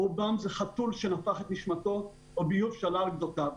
רובן זה חתול שנפח את נשמתו או ביוב שעלה על גדותיו.